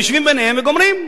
והם יושבים ביניהם וגומרים,